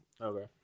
Okay